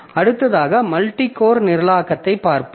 அடுத்ததாக மல்டிகோர் நிரலாக்கத்தைப் பார்ப்போம்